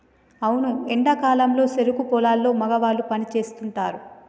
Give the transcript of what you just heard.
అవును ఎండా కాలంలో సెరుకు పొలాల్లో మగవాళ్ళు పని సేస్తుంటారు